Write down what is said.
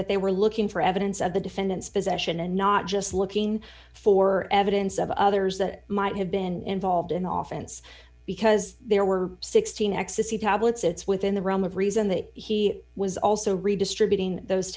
that they were looking for evidence of the defendant's possession and not just looking for evidence of others that might have been involved and often it's because there were sixteen ecstasy tablets it's within the realm of reason that he was also redistributing those